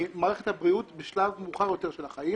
ממערכת הבריאות בשלב מאוחר יותר של החיים,